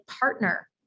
partner